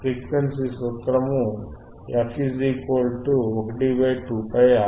frequency సూత్రము మాత్రము f 12πRC